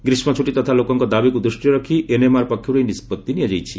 ଗ୍ରୀଷ୍ମ ଛୁଟି ତଥା ଲୋକଙ୍କ ଦାବିକୁ ଦୃଷ୍ଟିରେ ରଖି ଏନ୍ଏମ୍ଆର୍ ପକ୍ଷରୁ ଏହି ନିଷ୍ପଭି ନିଆଯାଇଛି